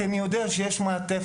כי אני יודע שיש מעטפת.